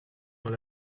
dans